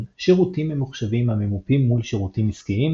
שירותים ממוחשבים הממופים מול שירותים עסקיים,